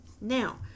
Now